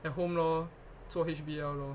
at home lor 做 H_B_L lor